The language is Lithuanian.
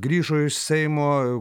grįžo iš seimo